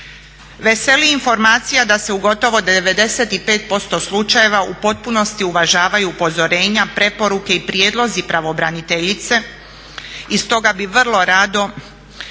Veseli informacija da se u gotovo 95% slučajeva u potpunosti uvažavaju upozorenja, preporuke i prijedlozi pravobraniteljice i stoga bi vrlo rado